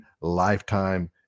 lifetime